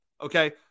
Okay